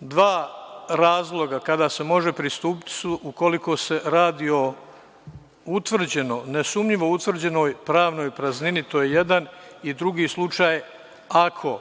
Dva razloga kada se može pristupiti su ukoliko se radi o utvrđenoj, nesumnjivo utvrđenoj pravnoj praznini, drugi slučaj ako